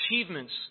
achievements